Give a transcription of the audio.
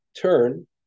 turn